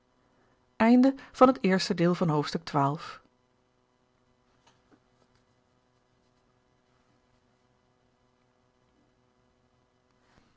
helft van het tweede deel komt het